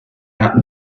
out